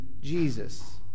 Jesus